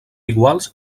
iguals